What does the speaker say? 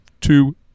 two